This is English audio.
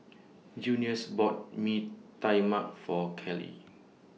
Junius bought Mee Tai Mak For Callie